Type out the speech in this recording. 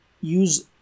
use